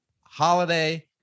Holiday